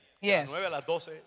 Yes